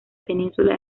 península